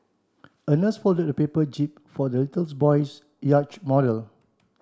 a nurse folded a paper jib for the little boy's yacht model